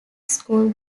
school